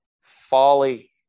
folly